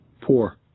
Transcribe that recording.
poor